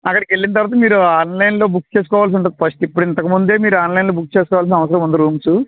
అక్కడికి వెళ్ళిన తరువాత మీరు ఆన్లైన్లో బుక్ చేసుకోవాల్సి ఉంటుంది పస్ట్ ఇప్పుడు ఇంతకు ముందే మీరు ఆన్లైన్లో బుక్ చేసుకోవాలసిన అవసరం ఉంది రూమ్సు